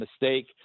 mistake